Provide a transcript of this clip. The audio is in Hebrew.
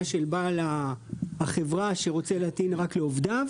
של בעל החברה שרוצה להטעין רק לעובדיו.